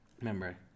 remember